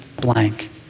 blank